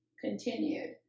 continued